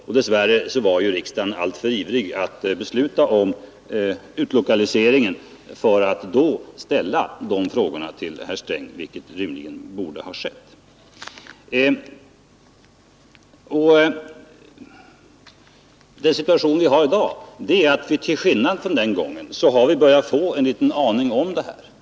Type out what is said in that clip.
Och dess värre var riksdagen så ivrig att besluta om utlokaliseringen att bara några få ställde dessa frågor. Situationen i dag är den att vi till skillnad från den gången börjat få en aning om kostnaderna.